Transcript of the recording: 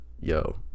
yo